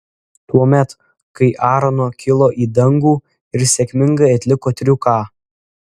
tuomet kai aarono kilo į dangų ir sėkmingai atliko triuką